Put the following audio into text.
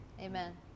Amen